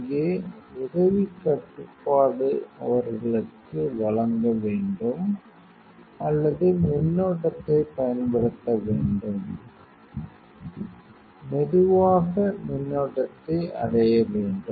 இங்கே உதவிக் கட்டுப்பாடு அவர்களுக்கு வழங்க வேண்டும் அல்லது மின்னோட்டத்தைப் பயன்படுத்த வேண்டும் மெதுவாக மின்னோட்டத்தை அடைய வேண்டும்